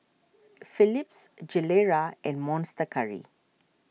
Philips Gilera and Monster Curry